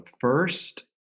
first